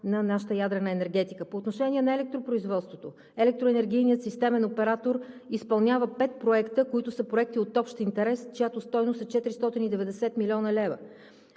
на нашата ядрена енергетика. По отношение на електропроизводството – Електроенергийният системен оператор изпълнява пет проекта, които са проекти от общ интерес, чиято стойност е 490 млн. лв.